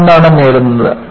നമ്മൾ എന്താണ് നേടുന്നത്